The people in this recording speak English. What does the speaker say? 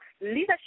Leadership